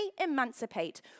emancipate